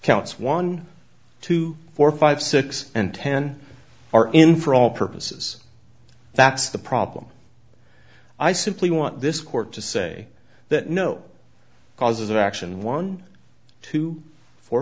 counts one two four five six and ten are in for all purposes that's the problem i simply want this court to say that no cause of action one two four